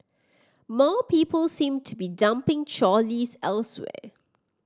more people seem to be dumping trolleys elsewhere